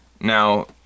now